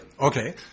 Okay